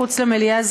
מחוץ למליאה,